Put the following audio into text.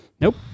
Nope